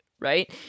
Right